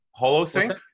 HoloSync